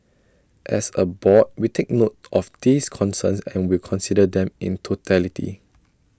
as A board we take note of these concerns and will consider them in totality